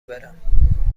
برم